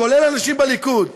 כולל אנשים בליכוד,